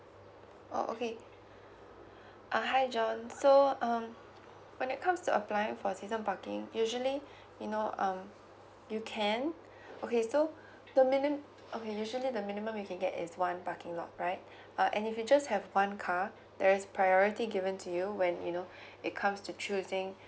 oh okay uh hi john so um when it comes to applying for season parking usually you know um you can okay so the minim~ okay usually the minimum you can get is one parking lot right uh and if you just have one car there is priority given to you when you know it comes to choosing